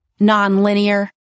nonlinear